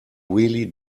really